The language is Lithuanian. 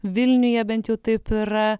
vilniuje bent jau taip yra